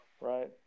right